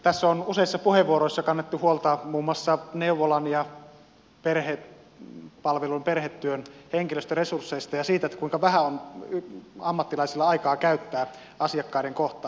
tässä on useissa puheenvuoroissa kannettu huolta muun muassa neuvolan ja perhepalvelun perhetyön henkilöstöresursseista ja siitä kuinka vähän on ammattilaisilla aikaa käyttää asiakkaiden kohtaamiseen